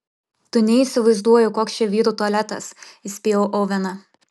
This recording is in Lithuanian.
tu neįsivaizduoji koks čia vyrų tualetas įspėjau oveną